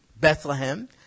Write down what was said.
Bethlehem